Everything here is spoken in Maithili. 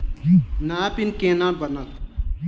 नया पिन केना बनत?